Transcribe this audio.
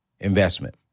investment